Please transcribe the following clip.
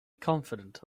confident